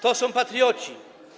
To są patrioci.